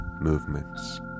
movements